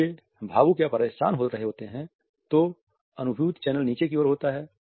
जब वे भावुक या परेशान हो रहे होते हैं तो अनुभूति चैनल नीचे की ओर होता है